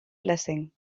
blessing